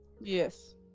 Yes